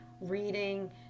reading